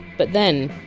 but then!